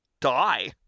die